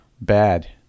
bad